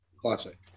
classic